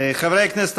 חברי הכנסת,